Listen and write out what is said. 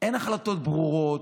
אין החלטות ברורות.